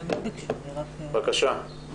בבקשה.